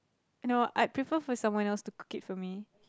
no I'd prefer for someone else to cook it for me